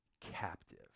captive